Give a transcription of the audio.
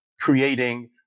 creating